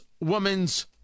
woman's